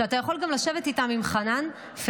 שאתה יכול גם לשבת עם חנן לגביהם.